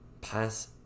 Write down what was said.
pass